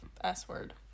S-word